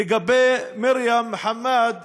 לגבי מרים חמאד,